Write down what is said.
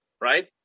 right